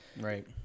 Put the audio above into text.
Right